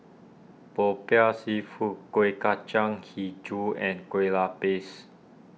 Popiah Seafood Kuih Kacang HiJau and Kueh Lupis